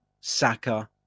Saka